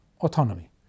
autonomy